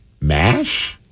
Mash